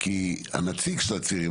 כי הנציג של הצעירים,